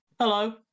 hello